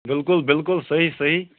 بِلکُل بِلکُل صحیح صحیح